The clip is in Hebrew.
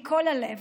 מכל הלב,